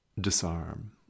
Disarm